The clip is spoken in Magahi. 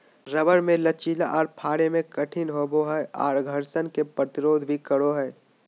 रबर मे लचीला आर फाड़े मे कठिन होवो हय आर घर्षण के प्रतिरोध भी करो हय